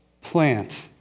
plant